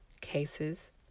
cases